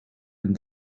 and